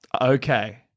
Okay